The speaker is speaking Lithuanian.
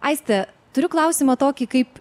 aiste turiu klausimą tokį kaip